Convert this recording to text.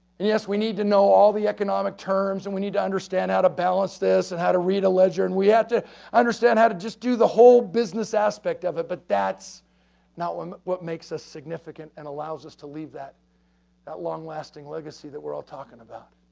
yes, we need to know all the economic terms and we need to understand how to balance this and how to read a ledger, and we have to understand how to just do the whole business aspect of it, but that's not what makes us significant and allows us to leave that that long-lasting legacy that we're all talking about.